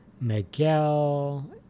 miguel